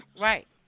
Right